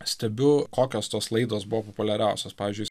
stebiu kokios tos laidos buvo populiariausios pavyzdžiui